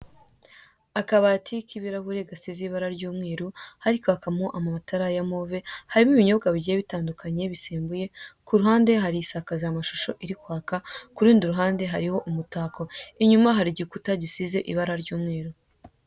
Akabati k'ibirahure gashize ibara ry'umweru, hari kwakamo amatara ya move hariho ibinyobwa bigiye bitandukanye bisembuye, ku ruhande hari isakazamashusho iri kwaka ku rundi ruhande hariho umutako, inyuma hari igikuta gisize ibara ry'umweru.